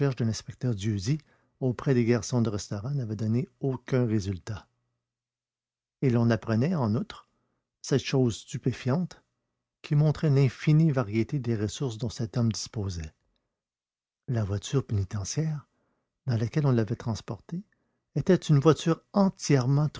de l'inspecteur dieuzy auprès des garçons du restaurant n'avaient donné aucun résultat et l'on apprenait en outre cette chose stupéfiante qui montrait l'infinie variété des ressources dont cet homme disposait la voiture pénitentiaire dans laquelle on l'avait transporté était une voiture entièrement